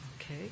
Okay